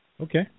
Okay